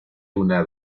una